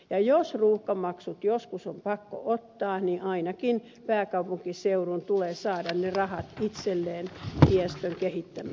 ja jos ruuhkamaksut joskus on pakko ottaa niin ainakin pääkaupunkiseudun tulee saada ne rahat itselleen tiestön kehittämistä varten